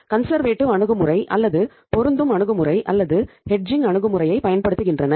conservative அணுகுமுறையைப் பயன்படுத்துகின்றன